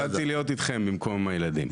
באתי להיות איתכם במקום עם הילדים.